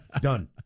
Done